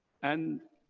and